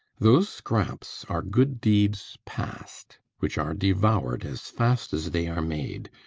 those scraps are good deeds past, which are devour'd as fast as they are made,